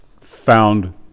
found